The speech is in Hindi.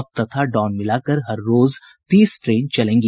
अप तथा डाउन मिलाकर हर रोज तीस ट्रेन चलेंगी